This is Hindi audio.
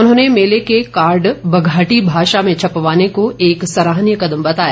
उन्होंने मेले के कार्ड बघाटी भाषा में छपवाने को एक सराहनीय कदम बताया